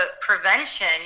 prevention